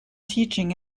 teaching